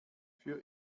für